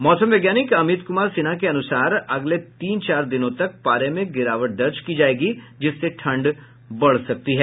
मौसम वैज्ञानिक अमित कुमार सिन्हा के अनुसार अगले तीन चार दिनों तक पारे में गिरावट दर्ज की जाएगी जिससे ठंड बढ़ सकती है